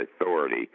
authority